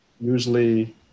usually